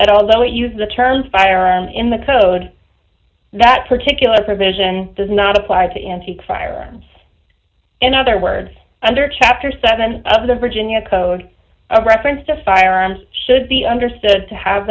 that although we use the term firearm in the code that particular provision does not apply to antique firearms in other words under chapter seven of the virginia code a reference to firearms should be understood to have